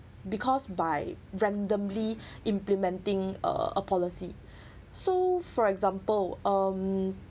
the situation because by randomly implementing uh a policy so for example um